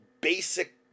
basic